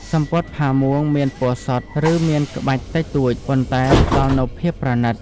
សំពត់ផាមួងមានពណ៌សុទ្ធ ឬមានក្បាច់តិចតួចប៉ុន្តែផ្តល់នូវភាពប្រណីត។